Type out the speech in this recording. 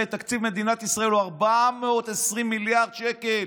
שתקציב מדינת ישראל הוא 420 מיליארד שקל.